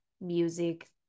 music